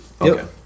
Okay